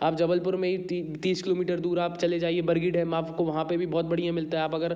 आप जबलपुर से ही तीस किलोमीटर दूर आप चले जाइए बर्गी डैम आप को वहाँ पर भी बहुत बढ़िया मिलता है आप अगर